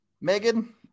Megan